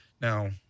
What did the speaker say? Now